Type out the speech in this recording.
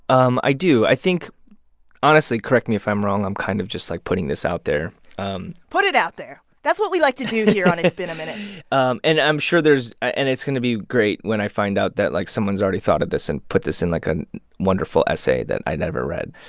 um i do. i think honestly, correct me if i'm wrong. i'm kind of just like putting this out there um put it out there. that's what we like to do here on it's been a minute um and i'm sure there's and it's going to be great when i find out that like someone's already thought of this and put this in like a wonderful essay that i never read.